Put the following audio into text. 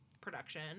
production